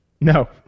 No